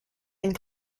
and